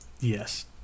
Yes